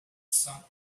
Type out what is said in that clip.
some